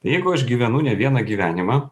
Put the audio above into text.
jeigu aš gyvenu ne vieną gyvenimą